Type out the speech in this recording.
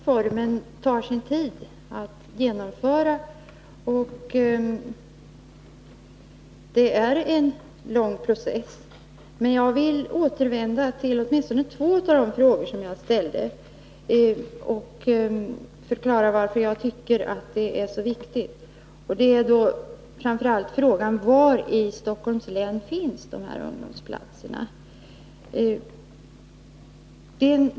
Fru talman! Det är klart att det tar sin tid att genomföra den här reformen. Jag vill emellertid återvända till åtminstone två av de frågor som jag ställde och förklara varför jag tycker att de är så viktiga. Framför allt gäller det frågan om var i Stockholms län de här ungdomsplatserna finns.